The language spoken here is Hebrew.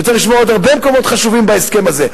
וצריך לשמור על עוד הרבה מקומות חשובים בהסכם הזה.